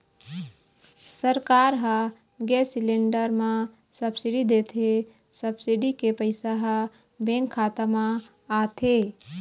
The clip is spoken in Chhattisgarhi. सरकार ह गेस सिलेंडर म सब्सिडी देथे, सब्सिडी के पइसा ह बेंक खाता म आथे